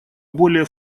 более